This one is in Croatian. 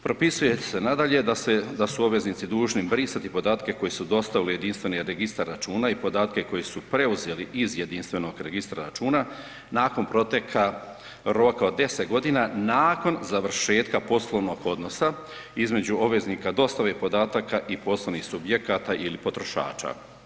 Propisuje se nadalje da su obveznici dužni brisati podatke koje su dostavili u jedinstveni registar računa i podatke koje su preuzeli iz jedinstvenog registra računa nakon proteka roka od 10 godina nakon završetka poslovnog odnosa između obveznika dostave podataka i poslovnih subjekata ili potrošača.